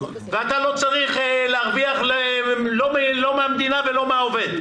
ואתה לא צריך להרוויח לא מהמדינה ולא מהעובד.